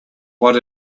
what